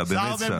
אתה באמת שר.